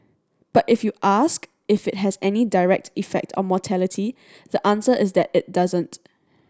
but if you ask if it has any direct effect on mortality the answer is that it doesn't